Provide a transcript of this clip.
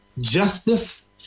justice